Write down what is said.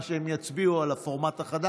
דווקא מחברי הכנסת הוותיקים שרגילים לפורמט אחר,